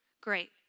Great